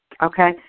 okay